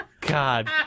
God